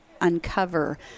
uncover